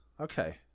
Okay